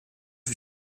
für